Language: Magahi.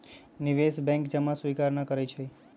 निवेश बैंक जमा स्वीकार न करइ छै